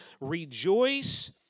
Rejoice